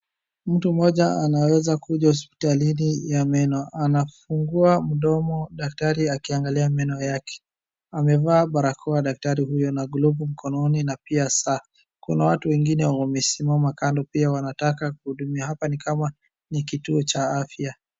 Mtu mmoja anaweza kuja hospitalini ya meno. Anafungua mdomo daktari akiangalia meno yake. Amevaa barakoa daktari huyo na glovu mkononi na pia saa. Kuna watu wengine wamesimama kando pia wanataka kuhudumiwa. Hapa nikama ni kituo cha afya.